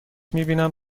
میبینم